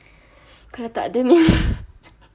kalau tak ada means